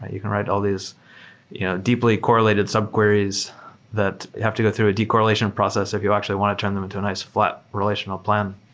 you can write all these deeply correlated sub-queries that have to go through a deep correlation process if you actually want to turn them into a nice fl at relational plan.